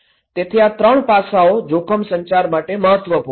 તેથી આ ૩ પાસાંઓ જોખમ સંચાર માટે મહત્વપૂર્ણ છે